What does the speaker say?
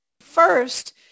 First